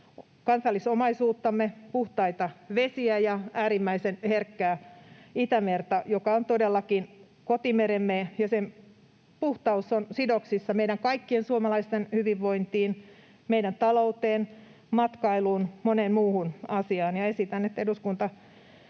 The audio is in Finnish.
kansallisomaisuuttamme, puhtaita vesiä ja äärimmäisen herkkää Itämerta, joka on todellakin kotimeremme. Sen puhtaus on sidoksissa meidän kaikkien suomalaisten hyvinvointiin, meidän talouteen, matkailuun, moneen muuhun asiaan, ja esitän, että eduskunta